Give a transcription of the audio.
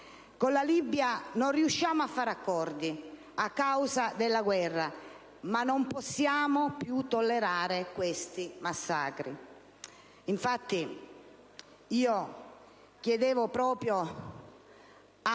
Con la Libia non riusciamo a stipulare accordi a causa della guerra, ma non possiamo più tollerare questi massacri.